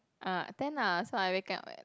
ah ten ah so I wake up at